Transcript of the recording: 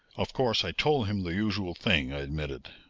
of course i told him the usual thing! i admitted.